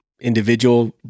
individual